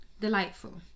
delightful